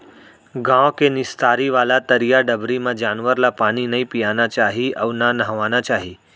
गॉँव के निस्तारी वाला तरिया डबरी म जानवर ल पानी नइ पियाना चाही अउ न नहवाना चाही